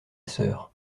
sœur